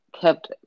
kept